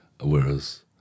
whereas